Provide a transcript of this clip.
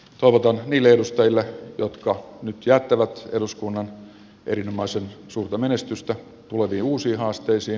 toivotan niille edustajille jotka nyt jättävät eduskunnan erinomaisen suurta menestystä tuleviin uusiin haasteisiin